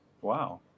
Wow